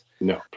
No